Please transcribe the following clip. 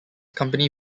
company